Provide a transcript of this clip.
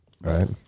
Right